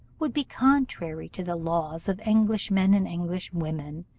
would be contrary to the laws of englishmen and englishwomen,